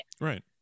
right